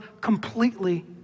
completely